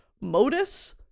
Modus